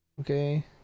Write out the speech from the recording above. Okay